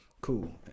cool